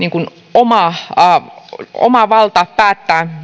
oma valta päättää